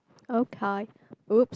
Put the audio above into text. okay !oops!